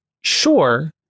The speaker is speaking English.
sure